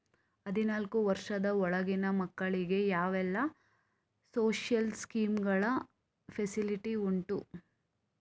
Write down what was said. ಹದಿನಾಲ್ಕು ವರ್ಷದ ಒಳಗಿನ ಮಕ್ಕಳಿಗೆ ಯಾವೆಲ್ಲ ಸೋಶಿಯಲ್ ಸ್ಕೀಂಗಳ ಫೆಸಿಲಿಟಿ ಉಂಟು?